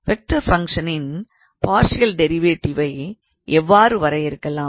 vector ஃபங்க்ஷனின் partial டிரைவேட்டிவை எவ்வாறு வரையறுக்கலாம்